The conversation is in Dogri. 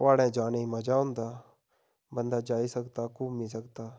प्हाड़ें जाने मज़ा औंदा बंदा जाई सकदा घूमी सकदा